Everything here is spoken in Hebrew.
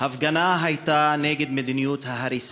אילן גילאון, עפר שלח,